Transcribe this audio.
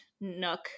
nook